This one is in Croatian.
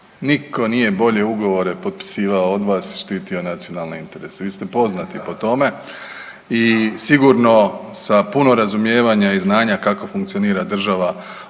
Nitko nije bolje ugovore potpisivao od vas, štitio nacionalne interese, vi ste poznati po tome i sigurno sa puno razumijevanja i znanja kako funkcionira država